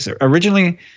Originally